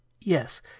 yes